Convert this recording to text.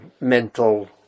mental